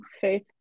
faith